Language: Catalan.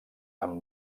amb